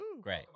Great